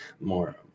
more